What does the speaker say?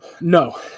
No